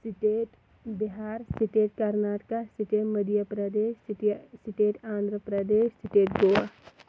state Bihar state Karnataka state Madhya Pradesh city state Andhra Pradesh state Goa